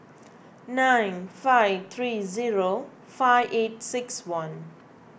nine five three zero five eight six one